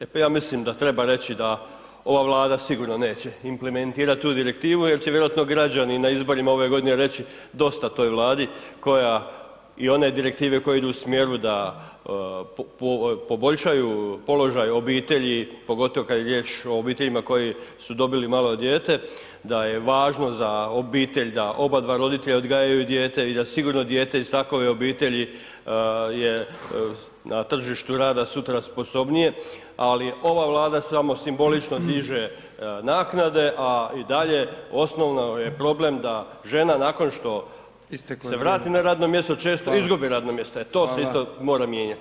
E pa ja mislim da treba reći da ova Vlada sigurno neće implementirati tu direktivu jer će vjerojatno građani na izborima ove godine reći dosta toj Vladi i one direktive koje idu u smjeru da poboljšaju položaj obitelji pogotovo kada je riječ o obiteljima koje su dobile malo dijete, da je važno za obitelj da oba dva roditelja odgajaju dijete i da sigurno dijete iz takve obitelji je na tržištu rada sutra sposobnije ali ova Vlada samo simbolično diže naknade a i dalje osnovni je problem je da žena nakon što [[Upadica Petrov: Isteklo je vrijeme.]] se vrati na radno vrijeme, često izgubi radno mjesto, e to se isto mora mijenjati.